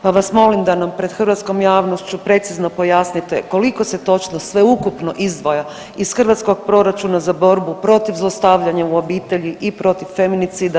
Pa vas molim da nam pred hrvatskom javnošću precizno pojasnite koliko se točno sveukupno izdvaja iz hrvatskog proračuna za borbu protiv zlostavljanja u obitelji i protiv feminicida.